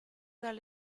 dal